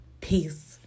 Peace